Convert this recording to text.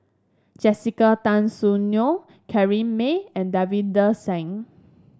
Jessica Tan Soon Neo Corrinne Me and Davinder Singh